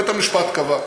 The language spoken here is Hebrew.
בית-המשפט קבע,